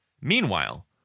Meanwhile